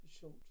short